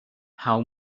how